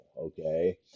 okay